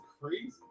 crazy